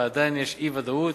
ועדיין יש אי-ודאות.